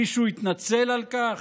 מישהו התנצל על כך?